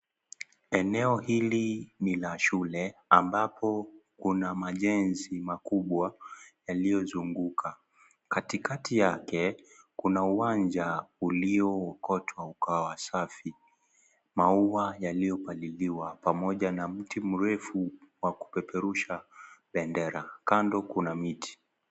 Eneo hili ni la shule. Ambapo kuna majenzi makubwa yaliyozunguka. Katikati yake kuna uwanja uliookotwa ukawa safi, maua yaliyopaliliwa pamoja na mti mrefu wa kupeperusha bendera. Kando kuna miti.